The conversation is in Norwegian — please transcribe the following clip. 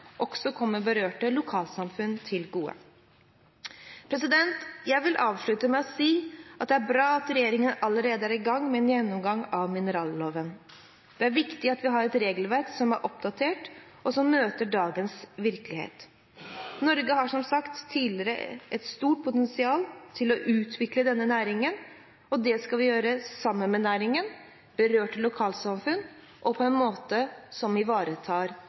også kommer berørte lokalsamfunn til gode. Jeg vil avslutte med å si at det er bra at regjeringen allerede er i gang med en gjennomgang av mineralloven. Det er viktig at vi har et regelverk som er oppdatert, og som møter dagens virkelighet. Norge har som sagt tidligere et stort potensial til å utvikle denne næringen, og det skal vi gjøre sammen med næringen, berørte lokalsamfunn og på en måte som ivaretar